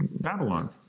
Babylon